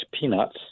peanuts